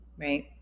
right